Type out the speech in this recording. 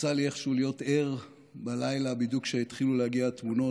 יצא לי איכשהו להיות ער בלילה בדיוק כשהתחילו להגיע התמונות,